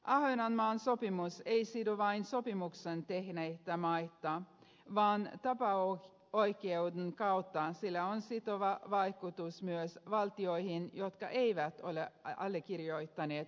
ahvenanmaan sopimus ei sido vain sopimuksen tehneitä maita vaan tapaoikeuden kautta sillä on sitova vaikutus myös valtioihin jotka eivät ole allekirjoittaneet sopimusta